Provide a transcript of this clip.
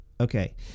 okay